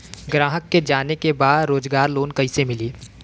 ग्राहक के जाने के बा रोजगार लोन कईसे मिली?